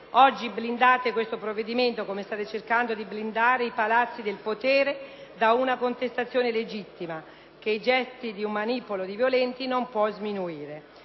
Oggi blindate questo provvedimento, come state blindando i palazzi del potere da una contestazione legittima, che i gesti di un manipolo di violenti non puosminuire.